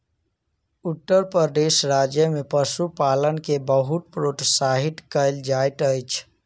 उत्तर प्रदेश राज्य में पशुपालन के बहुत प्रोत्साहित कयल जाइत अछि